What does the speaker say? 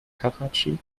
karatschi